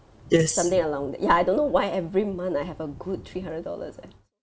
something along that ya I don't know why every month I have a good three hundred dollars eh